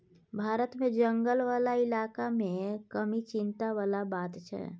भारत मे जंगल बला इलाका मे कमी चिंता बला बात छै